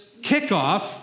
kickoff